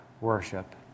worship